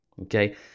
Okay